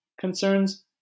concerns